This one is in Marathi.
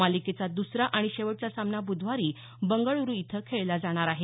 मालिकेचा दुसरा आणि शेवटचा सामना बुधवारी बंगळ्रु इथं खेळला जाणार आहे